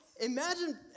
imagine